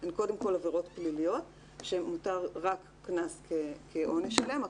הן קודם כל עבירות פליליות שמותר רק קנס כעונש עליהן,